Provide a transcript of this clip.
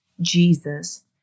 Jesus